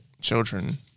children